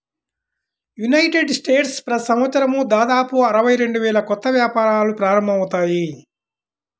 United స్టేట్స్లో ప్రతి సంవత్సరం దాదాపు అరవై రెండు వేల కొత్త వ్యాపారాలు ప్రారంభమవుతాయి